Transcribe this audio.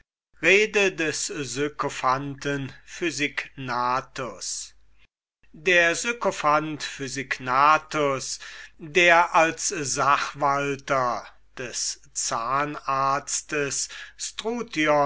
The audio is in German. rede des sykophanten physignathus der sykophant physignathus der als sachwalter des zahnarztes